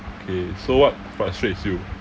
okay so what frustrates you